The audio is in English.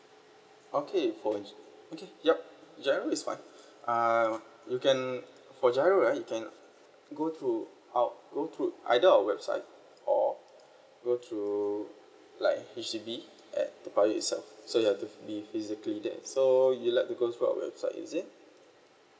okay for inst~ okay yup G_I_R_O is fine err you can for G_I_R_O right you can go to out go to either our website or go to like H_D_B at toa payoh itself so you have to be physically there so you like to go tthrough our website easier